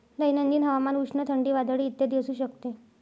दैनंदिन हवामान उष्ण, थंडी, वादळी इत्यादी असू शकते